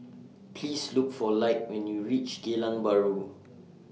Please Look For Lige when YOU REACH Geylang Bahru